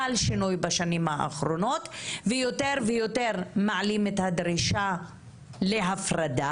חל שינוי בשנים האחרונות ויותר ויותר מעלים את הדרישה להפרדה.